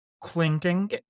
clinking